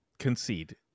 concede